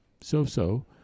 so-so